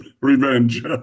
revenge